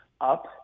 up